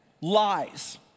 lies